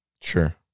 Sure